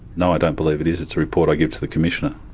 no, i don't believe it is. it's a report i give to the commissioner.